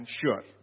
sure